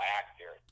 actor